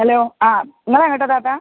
hello ആ നിങ്ങളെങ്ങോട്ടാ താത്താ